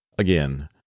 Again